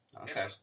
Okay